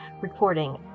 recording